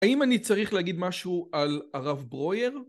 האם אני צריך להגיד משהו על הרב ברויאר?